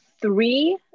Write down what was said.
three